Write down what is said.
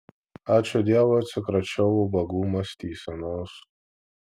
ačiū dievui atsikračiau ubagų mąstysenos